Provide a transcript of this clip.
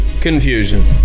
confusion